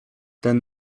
ten